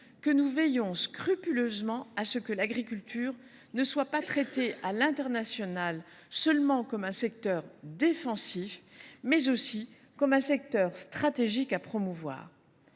que nous veillons scrupuleusement à ce que l’agriculture soit traitée à l’international non pas seulement comme un secteur défensif, mais aussi comme un secteur stratégique à promouvoir.